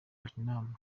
vietnam